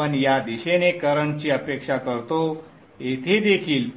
आपण या दिशेने करंटची अपेक्षा करतो येथे देखील